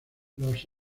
los